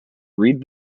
read